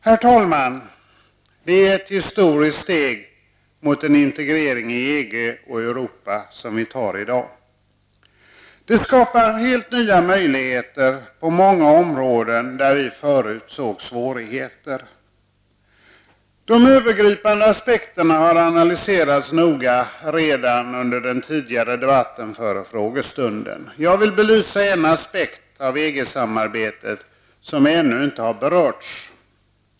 Herr talman! Det är ett historiskt steg mot integrering i EG och Europa som vi tar i dag. Det skapar helt nya möjligheter på många områden där vi förut såg svårigheter. De övergripande aspekterna har analyserats noga redan under den tidigare debatten före frågestunden. Jag vill belysa en aspekt av EG-samarbetet som ännu inte har berörts.